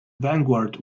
vanguard